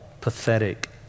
pathetic